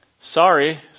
sorry